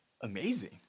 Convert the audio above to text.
amazing